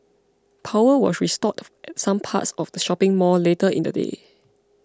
power was restored at some parts of the shopping mall later in the day